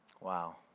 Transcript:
Wow